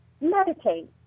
meditate